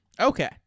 Okay